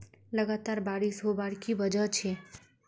लगातार बारिश होबार की वजह छे?